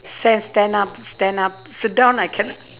sa~ stand up stand up sit down I cannot